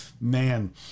man